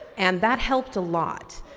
and that helped a lot.